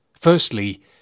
Firstly